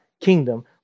kingdom